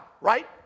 right